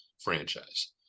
franchise